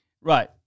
Right